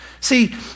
See